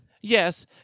Yes